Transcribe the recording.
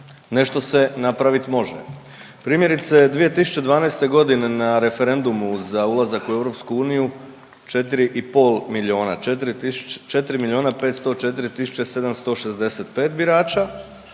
Nešto se napraviti može. Primjerice 2012. godine na referendumu za ulazak u EU 4,5 miliona, 4 tisuće, 4 miliona